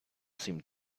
seemed